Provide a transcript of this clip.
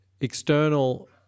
external